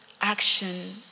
action